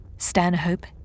Stanhope